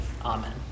amen